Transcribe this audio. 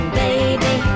baby